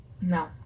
no